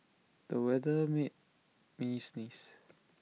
the weather made me sneeze